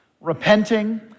repenting